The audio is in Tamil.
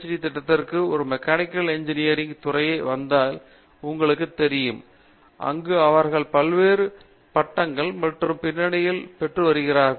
டி திட்டத்திற்கு ஒரு மெக்கானிக்கல் இன்ஜினியரிங் துறைக்கு வந்தால் உங்களுக்கு தெரியும் அங்கு அவர்கள் பல்வேறு பட்டங்களை பல்வேறு பின்னணியில் பெற்று வருகிறார்கள்